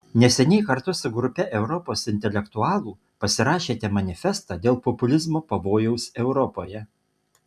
neseniai kartu su grupe europos intelektualų pasirašėte manifestą dėl populizmo pavojaus europoje